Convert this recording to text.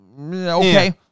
okay